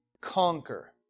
conquer